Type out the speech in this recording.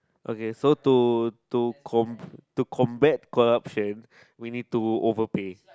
okay so to to com~ to combat corruption we need to overpay